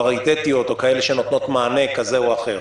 פריטטיות או כאלה שנותנות מענה כזה או אחר.